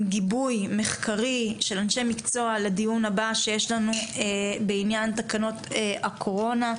עם גיבוי מחקרי של אנשי מקצוע לדיון הבא שיש לנו בעניין תקנות הקורונה,